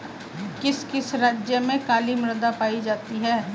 किस किस राज्य में काली मृदा पाई जाती है?